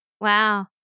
Wow